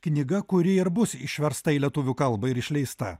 knyga kuri ir bus išversta į lietuvių kalbą ir išleista